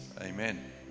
amen